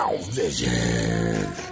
Vision